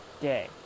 day